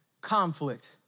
conflict